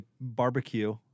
barbecue